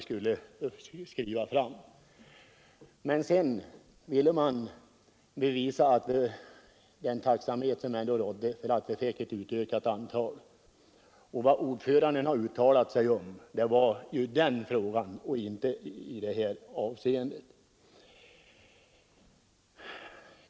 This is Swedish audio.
Så ville man visa den tacksamhet som rådde för att vi fick ett utökat antal veterinärer. Vad jordbruksutskottets ordförande uttalade sig om gällde denna fråga och ingenting i det här avseendet.